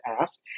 ask